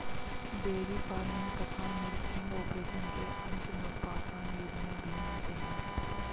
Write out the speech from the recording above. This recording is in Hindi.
डेयरी फार्मिंग तथा मिलकिंग ऑपरेशन के अंश नवपाषाण युग में भी मिलते हैं